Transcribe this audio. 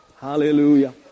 Hallelujah